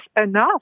enough